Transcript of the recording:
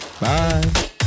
Bye